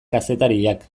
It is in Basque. kazetariak